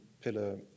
pillar